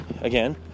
again